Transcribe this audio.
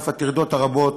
על אף הטרדות הרבות,